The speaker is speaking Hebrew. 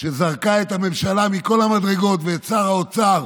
שזרקה את הממשלה ואת שר האוצר